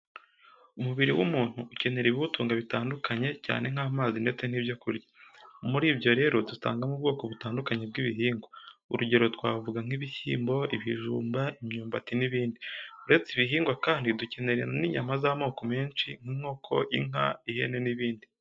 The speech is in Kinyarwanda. Umubiri w'umuntu ukenera ibiwutunga bitandukanye cyane nk'amazi ndetse n'ibyo kurya. Muri byo rero dusangamo ubwoko butandukanye bw'ibihingwa, urugero twavuga nk'ibishyimbo, ibijumba, imyumbati n'ibindi. Uretse ibihingwa kandi dukenera n'inyama z'amoko menshi nk'inkoko, inka, ihene n'ibindi.